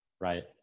right